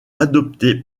adopté